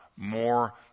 more